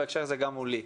ובהקשר הזה גם מולי.